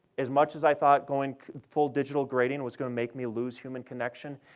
as much as i thought going full-digital grading was going to make me lose human connection,